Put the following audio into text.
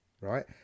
right